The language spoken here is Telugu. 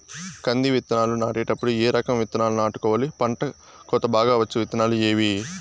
కంది విత్తనాలు నాటేటప్పుడు ఏ రకం విత్తనాలు నాటుకోవాలి, పంట కోత బాగా వచ్చే విత్తనాలు ఏవీ?